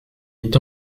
est